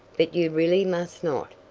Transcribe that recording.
but you really must not.